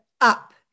up